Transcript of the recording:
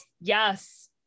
Yes